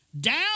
Down